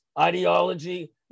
ideology